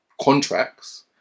contracts